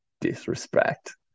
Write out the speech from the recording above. disrespect